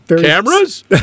cameras